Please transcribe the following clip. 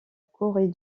corée